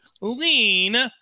lean